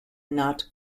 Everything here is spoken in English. not